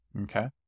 Okay